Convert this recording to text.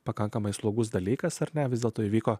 pakankamai slogus dalykas ar ne vis dėlto įvyko